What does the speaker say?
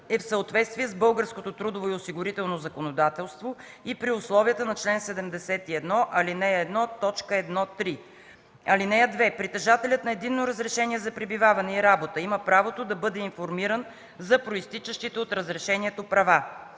законодателство и при условията на чл. 71, ал. 1, т. 1-3. (2) Притежателят на Единно разрешение за пребиваване и работа има правото да бъде информиран за произтичащите от разрешението права.